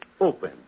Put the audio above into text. open